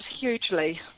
hugely